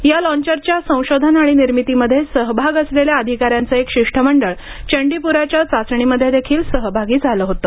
या लाँचरच्या संशोधन आणि निर्मितीमध्ये सहभाग असलेल्या अधिकाऱ्यांचं एक शिष्टमंडळ चंडीपुराच्या चाचणीमध्ये देखील सहभागी झालं होतं